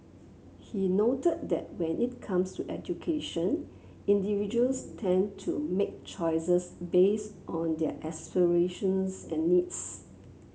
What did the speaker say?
he noted that when it comes to education individuals tend to make choices based on their aspirations and needs